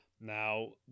Now